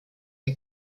der